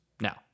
Now